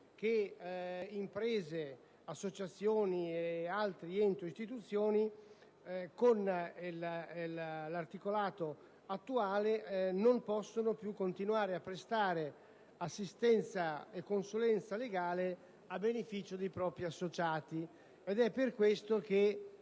che imprese, associazioni e altri enti o istituzioni, in virtù dell'articolato attuale, non possano più continuare a prestare assistenza e consulenza legale a beneficio dei propri associati, ed è per questo che